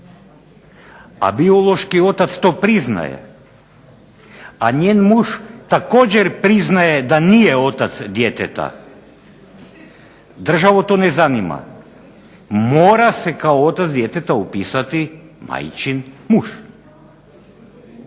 a biološki otac to priznaje, a njen muž također priznaje da nije otac djeteta, državu to ne zanima, mora se kao otac djeteta upisati majčin muž.